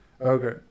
okay